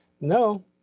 No